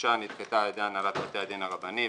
שהוגשה נדחתה על-ידי הנהלת בתי הדין הרבני.